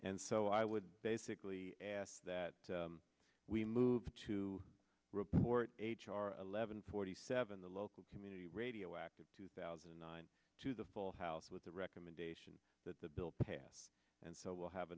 and so i would basically asked that we move to report h r eleven forty seven the local community radio act of two thousand and nine to the full house with the recommendation that the bill pass and so will have